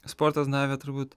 sportas davė turbūt